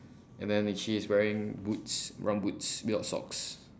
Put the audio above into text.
and then she's wearing boots brown boots without socks